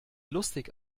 lustig